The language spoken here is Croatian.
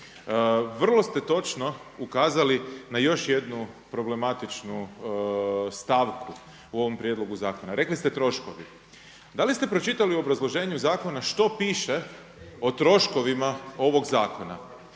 Vrlo ste točno ukazali na još jednu problematičnu stavku u ovome prijedlogu zakona. Rekli ste troškovi. Da li ste pročitali u obrazloženju zakona što piše o troškovima ovoga zakona?